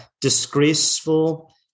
disgraceful